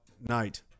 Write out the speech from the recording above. night